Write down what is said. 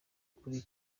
kuri